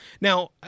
Now